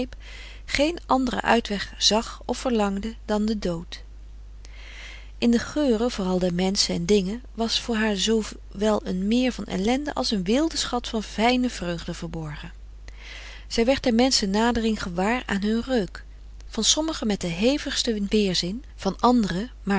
geen anderen uitweg zag of verlangde dan den dood in de geuren vooral der menschen en dingen was voor haar zoowel een meer van ellende als een weeldeschat van fijne vreugden verborgen zij werd der menschen nadering gewaar aan hun reuk van sommigen met den hevigsten weerzin van anderen